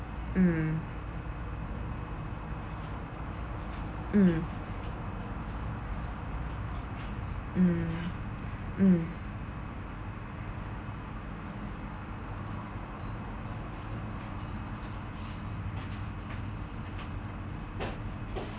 mm mm mm mm